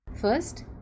First